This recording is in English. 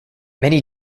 many